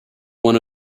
one